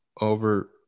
over